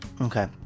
Okay